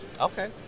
Okay